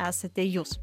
esate jūs